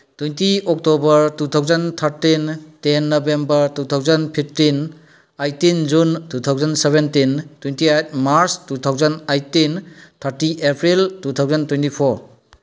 twenty October two thousand thirteen ten November two thousand fifteen eighteen June two thousand seventeen twenty eight March two thousand eighteen thirty April two thousand twenty four